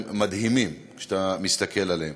הם מדהימים כשאתה מסתכל עליהם.